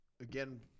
again